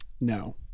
No